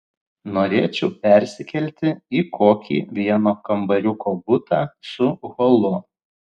norėčiau persikelti į kokį vieno kambariuko butą su holu